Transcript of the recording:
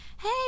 hey